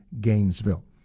Gainesville